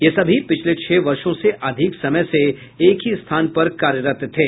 ये सभी पिछले छह वर्षो से अधिक समय से एक ही स्थान पर कार्यरत थे